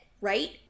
right